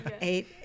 Eight